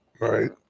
right